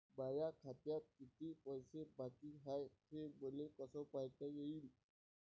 माया खात्यात किती पैसे बाकी हाय, हे मले कस पायता येईन?